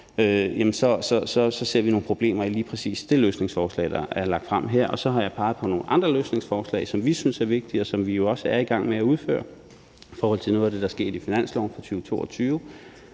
så ser vi nogle problemer i lige præcis det løsningsforslag, der er lagt frem her. Så har jeg peget på nogle andre løsningsforslag, som vi synes er vigtige, og som vi jo også er i gang med at udføre, i forhold til noget af det, der er sket med finansloven for 2022